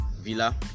Villa